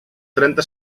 trenta